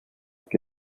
que